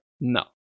No